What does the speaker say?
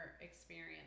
experience